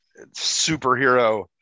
superhero